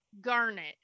garnet